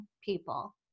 people